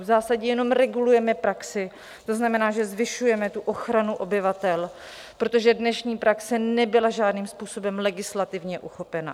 V zásadě jenom regulujeme praxi, to znamená, že zvyšujeme tu ochranu obyvatel, protože dnešní praxe nebyla žádným způsobem legislativně uchopena.